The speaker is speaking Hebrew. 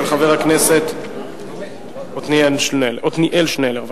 של חבר הכנסת עתניאל שנלר.